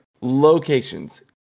Locations